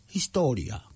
Historia